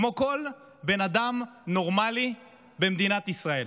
כמו כל בן אדם נורמלי במדינת ישראל?